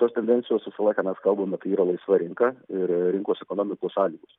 tos tendencijos visą laiką mes kalbam kad tai yra laisva rinka ir rinkos ekonomikos sąlygos